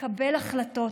לקבל החלטות.